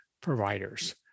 providers